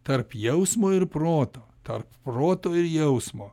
tarp jausmo ir proto tarp proto ir jausmo